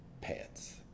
pants